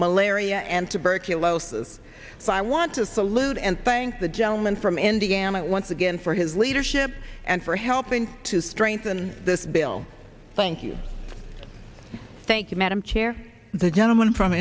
malaria and tuberculosis so i want to salute and thank the gentleman from indiana once again for his leadership and for helping to strengthen this bill thank you thank you madam chair the gentleman from